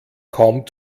kaum